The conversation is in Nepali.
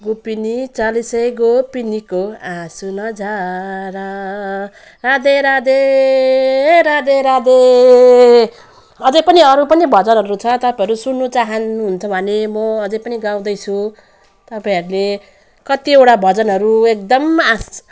गोपिनी चालिसै गोपिनीको आँसु नझार राधे राधे राधे राधे अझ पनि अरू पनि भजनहरू छ तपाईँहरू सुन्नु चाहनु हुन्छ भने म अझ पनि गाउँदैछु तपाईँहरूले कतिवटा भजनहरू एकदम आफै